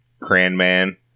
Cranman